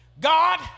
God